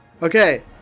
Okay